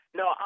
no